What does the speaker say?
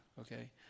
okay